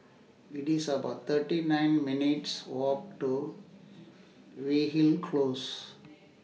IT IS about thirty nine minutes' Walk to Weyhill Close